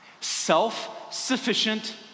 self-sufficient